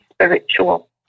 Spiritual